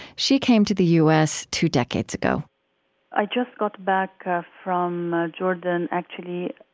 she came to the u s. two decades ago i just got back from jordan, actually,